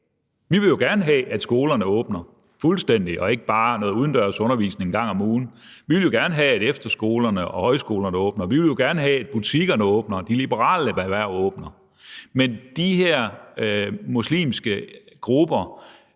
Vi vil jo gerne have, at skolerne åbner fuldstændig og ikke bare noget udendørs undervisning en gang om ugen; vi vil jo gerne have, at efterskolerne og højskolerne åbner; vi vil jo gerne have, at butikkerne åbner, og at de liberale erhverv åbner, men de her muslimske grupper,